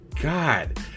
God